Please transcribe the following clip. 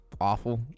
awful